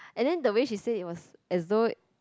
and then the way she say it was as though